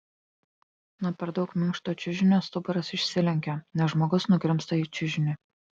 nuo per daug minkšto čiužinio stuburas išsilenkia nes žmogus nugrimzta į čiužinį